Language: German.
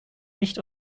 nicht